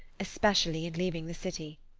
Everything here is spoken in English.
especially in leaving the city.